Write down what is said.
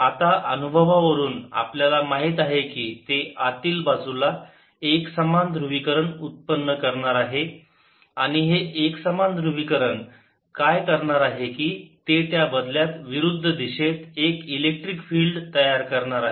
आता अनुभवावरून आपल्याला माहित आहे की ते आतील बाजूला एकसमान ध्रुवीकरण उत्पन्न करणार आहे आणि हे एकसमान ध्रुवीकरण काय करणार आहे की ते त्या बदल्यात विरुद्ध दिशेत एक इलेक्ट्रिक फील्ड तयार करणार आहे